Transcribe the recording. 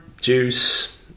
juice